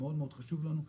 מאוד חשוב לנו,